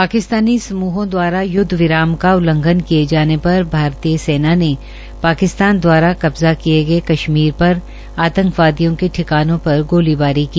पाकिस्तानी समूहों द्वारा युद्ध विराम का उल्लंघन किए जाने पर भारतीय सेना ने पाकिस्तार द्वारा कब्जा किए गए क मीर पर आतंकवादियों के ठिकानों पर गोलीबारी की